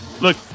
Look